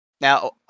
Now